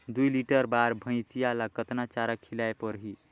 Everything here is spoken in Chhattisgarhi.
दुई लीटर बार भइंसिया ला कतना चारा खिलाय परही?